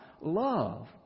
love